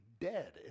dead